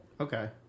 Okay